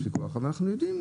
אבל אנחנו יודעים